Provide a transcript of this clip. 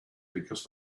because